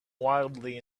wildly